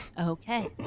Okay